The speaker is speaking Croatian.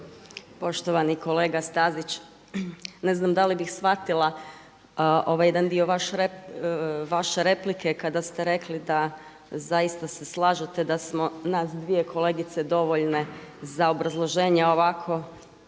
Poštovani kolega Stazić, ne znam da li bih shvatila ovaj jedan dio vaše replike kada ste rekli da zaista se slažete da smo nas dvije kolegice dovoljne za obrazloženje ovako